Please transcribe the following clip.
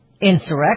insurrection